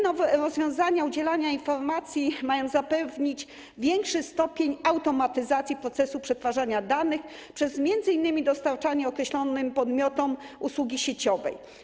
Nowe rozwiązanie dotyczące udzielania informacji ma zapewnić większy stopień automatyzacji procesu przetwarzania danych przez m.in. dostarczanie określonym podmiotom usługi sieciowej.